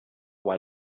why